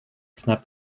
knapp